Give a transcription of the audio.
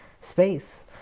Space